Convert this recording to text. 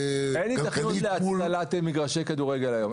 מול --- אין היתכנות להצללת מגרשי כדורגל היום,